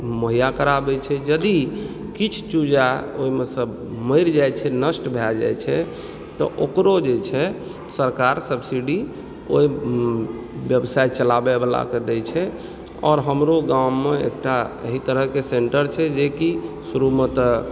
मुहैया कराबय छै यदि किछु चूजा ओहिमे सँ मरि जाइ छै नष्ट भए जाइ छै तऽ ओकरो जे छै सरकार सब्सिडी ओहि व्यवसाय चलाबयबलाके दे छै आओर हमरो गाममे एकटा एहि तरह के सेन्टर छै जेकि शुरूमे तऽ